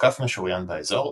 הותקף משוריין באזור,